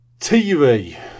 TV